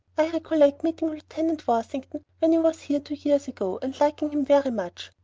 i recollect meeting lieutenant worthington when he was here two years ago, and liking him very much.